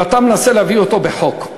ואתה מנסה להביא אותו בחוק.